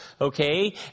okay